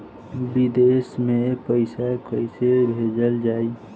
विदेश में पईसा कैसे भेजल जाई?